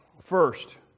First